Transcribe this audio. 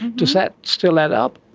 does that still add up?